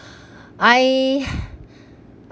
I